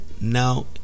now